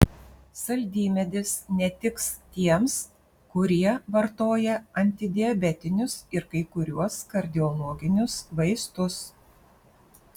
saldymedis netiks tiems kurie vartoja antidiabetinius ir kai kuriuos kardiologinius vaistus